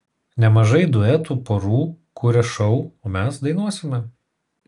nemažai duetų porų kuria šou o mes dainuosime